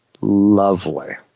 Lovely